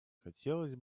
хотелось